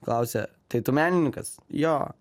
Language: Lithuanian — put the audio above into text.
klausia tai tu menininkas jo